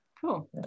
Cool